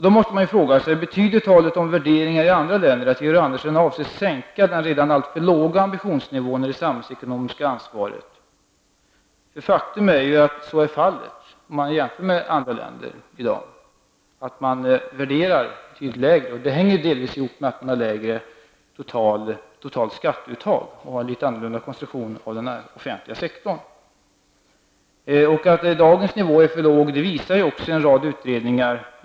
Då måste man fråga sig om talet om värderingar i andra länder går ut på att vi skall sänka den redan alltför låga ambitionsnivån när det gäller det samhällsekonomiska ansvaret. Faktum är ju att man i dag i vissa länder tillämpar en lägre värdering, vilket delvis sammanhänger med att dessa länder har ett lägre totalt skatteuttag och en något annan konstruktion av den offentliga sektorn än Sverige. Att dagens nivå hos oss är för låg visar också en rad utredningar.